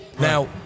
Now